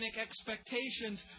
expectations